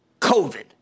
COVID